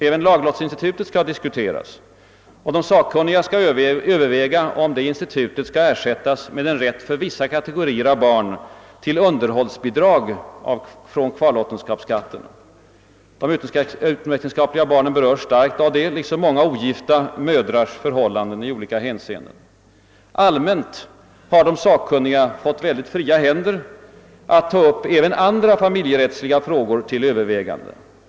Även laglottsinstitutet skall diskuteras, och de sakkunniga skall överväga om detta institut skall ersättas med rätt för vissa kategorier av barn till underhållsbidrag från kvarlåtenskapen. De utomäktenskapliga barnens ställning berörs starkt av detta, liksom många ogifta mödrars förhållanden i olika hänseenden. Allmänt har de sakkunniga fått mycket fria händer att ta upp även andra familjerättsliga frågor till övervägande.